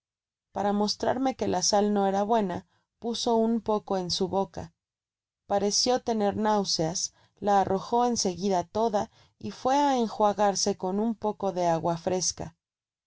para mostrarme que la sal no era buena puso un poco en sa boca pareció tener náuseas la arrojó en seguida toda y fué á enjuagarse con un poco de agua fresca